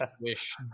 wish